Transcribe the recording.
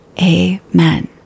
Amen